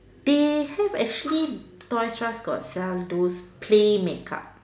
they have actually toys R us got sell those play makeup